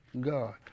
God